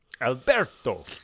Alberto